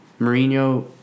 Mourinho